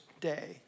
day